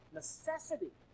necessity